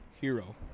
hero